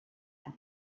had